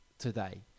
today